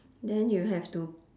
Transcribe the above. then you have to